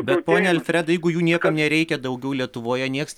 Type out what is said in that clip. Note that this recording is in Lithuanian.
bet pone alfredai jeigu jų niekam nereikia daugiau lietuvoje nieks